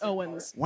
Owens